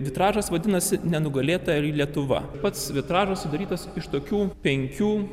vitražas vadinasi nenugalėta lietuva pats vitražas sudarytas iš tokių penkių